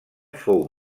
fou